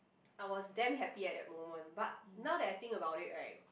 I was damn happy at that moment but now that I think about it right